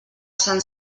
sant